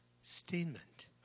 statement